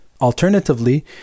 Alternatively